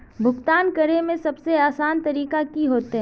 भुगतान करे में सबसे आसान तरीका की होते?